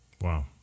Wow